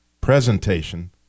Presentation